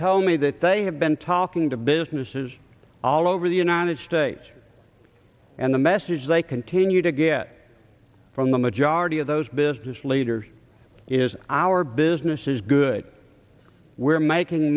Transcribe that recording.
tell me that they have been talking to businesses all over the united states and the message they continue to get from the majority of those business leaders is our business is good we're making